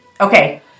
Okay